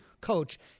coach